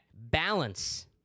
balance